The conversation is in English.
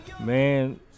man